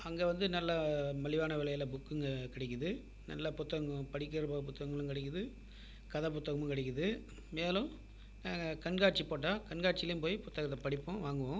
அங்கே வந்து நல்ல மலிவான விலையில புக்குங்க கடைக்கிது நல்ல புத்தகம் படிக்கிற புத்தகங்களும் கடைக்குது கதை புத்தகமும் கடைக்குது மேலும் கண்காட்சி போட்டால் கண்காட்சிலையும் போய் புத்தகத்தை படிப்போம் வாங்குவோம்